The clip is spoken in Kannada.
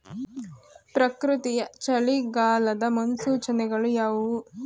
ಪ್ರಕೃತಿಯ ಚಳಿಗಾಲದ ಮುನ್ಸೂಚನೆಗಳು ಯಾವುವು?